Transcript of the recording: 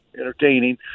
entertaining